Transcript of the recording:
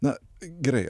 na gerai